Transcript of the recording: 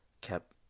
kept